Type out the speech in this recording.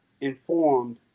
informed